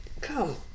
come